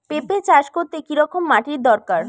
পেঁপে চাষ করতে কি রকম মাটির দরকার?